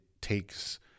takes